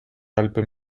alpes